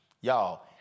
y'all